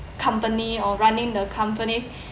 company or running the company